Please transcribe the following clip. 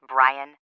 Brian